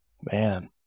Man